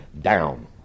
down